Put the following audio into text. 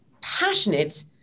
passionate